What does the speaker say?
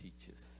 teaches